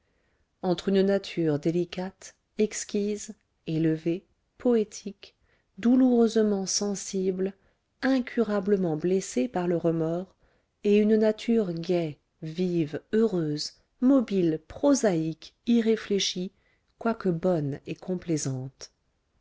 entre une nature délicate exquise élevée poétique douloureusement sensible incurablement blessée par le remords et une nature gaie vive heureuse mobile prosaïque irréfléchie quoique bonne et complaisante